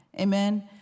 Amen